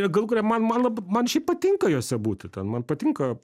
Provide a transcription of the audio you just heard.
galų gale man man lab man šiaip patinka jose būti ten man patinka